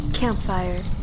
Campfire